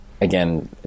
again